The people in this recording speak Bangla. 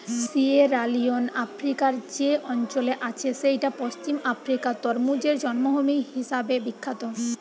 সিয়েরালিওন আফ্রিকার যে অঞ্চলে আছে সেইটা পশ্চিম আফ্রিকার তরমুজের জন্মভূমি হিসাবে বিখ্যাত